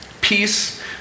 Peace